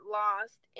lost